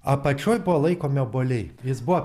apačioj buvo laikomi obuoliai jis buvo